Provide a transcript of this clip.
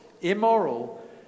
immoral